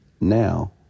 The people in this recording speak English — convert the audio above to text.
now